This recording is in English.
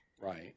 Right